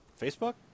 Facebook